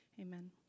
Amen